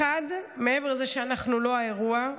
מעבר לזה שאנחנו לא האירוע,